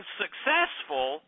successful